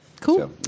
cool